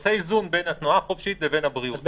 ועושה איזון בין התנועה החופשית לבריאות.